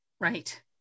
Right